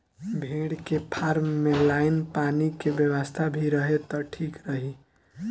भेड़ के फार्म में लाइन पानी के व्यवस्था भी रहे त ठीक रही